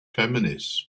feminists